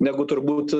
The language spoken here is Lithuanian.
negu turbūt